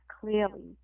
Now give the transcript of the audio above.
clearly